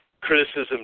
Criticism